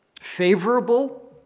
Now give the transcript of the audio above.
favorable